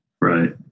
Right